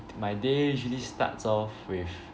my day usually starts off with